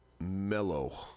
mellow